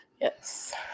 Yes